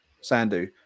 sandu